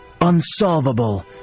unsolvable